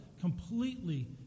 completely